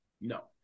No